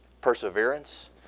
perseverance